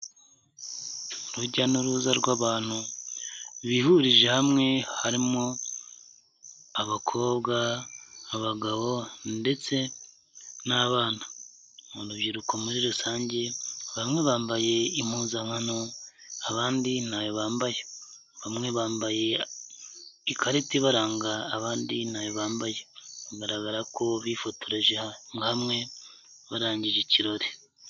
Urujya n'uruza rw'abantu bihurije hamwe harimo abakobwa, abagabo ndetse n'abana, ni urubyiruko muri rusange bamwe bambaye impuzankano abandi nta bambaye, bamwe bambaye ikarita baranga abandi ntayo bambaye bigaragara ko bifotoreje hamwe barangije ikirori.